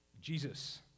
Jesus